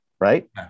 right